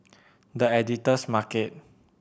The Editor's Market